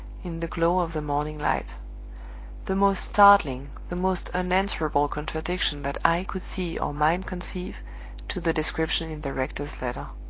in the glow of the morning light the most startling, the most unanswerable contradiction that eye could see or mind conceive to the description in the rector's letter.